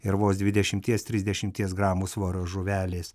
ir vos dvidešimties trisdešimties gramų svorio žuvelės